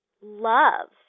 love